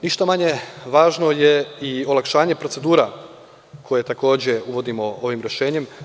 Ništa manje važno je i olakšanje procedura koje takođe uvodimo ovim rešenjem.